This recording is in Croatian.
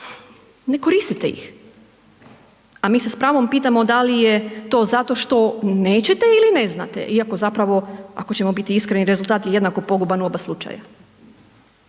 ne koristite ih a mi se s pravom pitamo da li je to zašto što nećete ili ne znate. Iako zapravo ako ćemo biti iskreni rezultat je jednako poguban u oba slučaja.